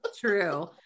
True